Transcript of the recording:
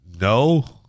No